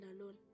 alone